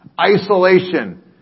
isolation